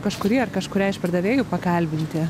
kažkurį ar kažkurią iš pardavėjų pakalbinti